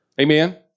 amen